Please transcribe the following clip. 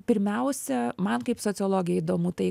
pirmiausia man kaip sociologei įdomu tai